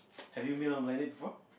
have you made on blind date before